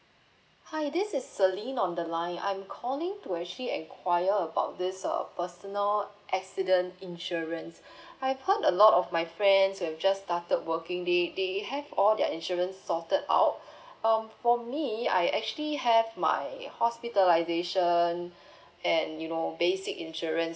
hi this is celine on the line I'm calling to actually enquire about this uh personal accident insurance I've heard a lot of my friends who have just started working they they have all their insurance sorted out um for me I actually have my hospitalisation and you know basic insurance